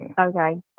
okay